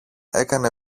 έκανε